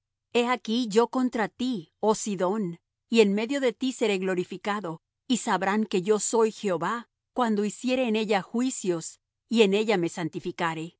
he aquí yo contra ti oh sidón y en medio de ti seré glorificado y sabrán que yo soy jehová cuando hiciere en ella juicios y en ella me santificare